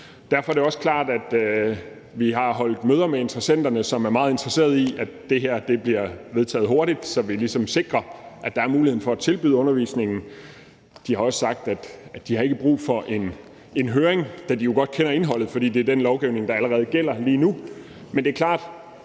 Derfor er det også klart, at vi har holdt møder med interessenterne, som er meget interesserede i, at det her bliver vedtaget hurtigt, så vi ligesom sikrer, at der er muligheden for at tilbyde undervisningen. De har også sagt, at de ikke har brug for en høring, da de jo godt kender indholdet, fordi det er den lovgivning, der allerede gælder lige nu. Men det er klart,